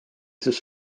sest